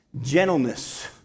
gentleness